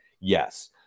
Yes